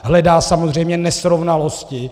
Hledá samozřejmě nesrovnalosti.